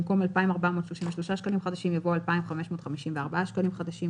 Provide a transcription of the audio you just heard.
במקום "2,433 שקלים חדשים" יבוא "2,554 שקלים חדשים".